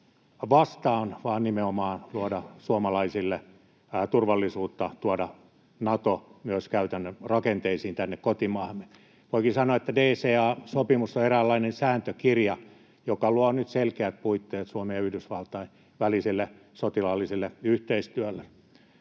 vastaan, vaan nimenomaan luo suomalaisille turvallisuutta, tuo Naton myös käytännön rakenteisiin tänne kotimaahamme. Voikin sanoa, että DCA-sopimus on eräänlainen sääntökirja, joka luo nyt selkeät puitteet Suomen ja Yhdysvaltain väliselle sotilaalliselle yhteistyölle.